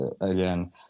Again